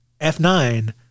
F9